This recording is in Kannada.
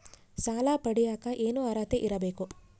ಸಾಲ ಪಡಿಯಕ ಏನು ಅರ್ಹತೆ ಇರಬೇಕು?